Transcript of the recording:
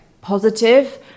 positive